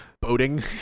boating